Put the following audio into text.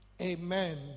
Amen